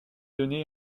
donné